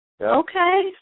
Okay